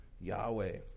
Yahweh